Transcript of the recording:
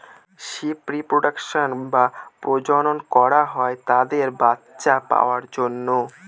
sheep reproduction বা প্রজনন করা হয় তাদের বাচ্চা পাওয়ার জন্য